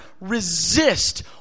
resist